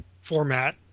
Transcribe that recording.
format